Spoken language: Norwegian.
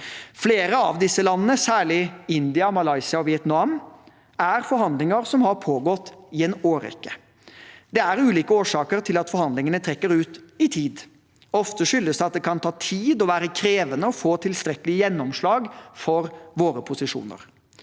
flere av disse, særlig India, Malaysia og Vietnam, har forhandlinger pågått i en årrekke. Det er ulike årsaker til at forhandlingene trekker ut i tid. Ofte skyldes det at det kan ta tid og være krevende å få tilstrekkelig gjennomslag for våre posisjoner.